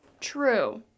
True